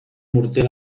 morter